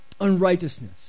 unrighteousness